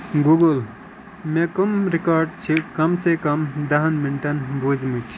Google, مےٚ کٕم record چھِ کم سے کم دَہَن مِنٹن بۄزمٕتۍ ؟